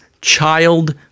child